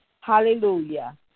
Hallelujah